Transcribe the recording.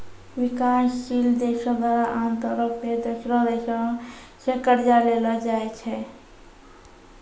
विकासशील देशो द्वारा आमतौरो पे दोसरो देशो से कर्जा लेलो जाय छै